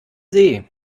see